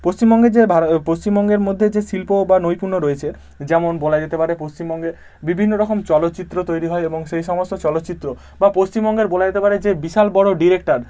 পশ্চিমবঙ্গের যে ভার পশ্চিমবঙ্গের মধ্যে যে শিল্প বা নৈপুণ্য রয়েছে যেমন বলা যেতে পারে পশ্চিমবঙ্গে বিভিন্ন রকম চলচ্চিত্র তৈরি হয় এবং সেই সমস্ত চলচ্চিত্র বা পশ্চিমবঙ্গের বলা যেতে পারে যে বিশাল বড়ো ডিরেক্টার